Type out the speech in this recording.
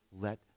let